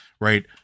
right